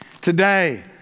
Today